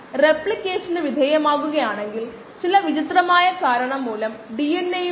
നിങ്ങൾ എങ്ങനെ kd കണ്ടെത്തും